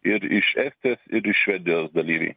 ir iš estijos ir iš švedijos dalyviai